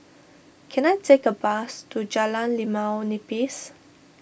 can I take a bus to Jalan Limau Nipis